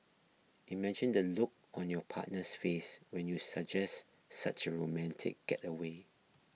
imagine the look on your partner's face when you suggest such a romantic getaway